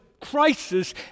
crisis